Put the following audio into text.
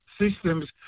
systems